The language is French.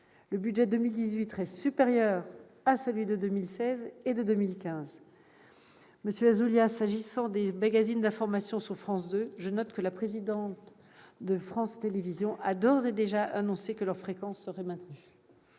Le budget 2018 reste supérieur à ceux de 2016 et de 2015. Monsieur Ouzoulias, en ce qui concerne les magazines d'information de France 2, je note que la présidente de France Télévisions a d'ores et déjà annoncé que leur fréquence serait maintenue.